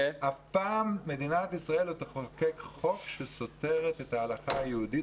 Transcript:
אף פעם מדינת ישראל תחוקק חוק שסותר את ההלכה היהודית